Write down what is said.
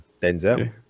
denzel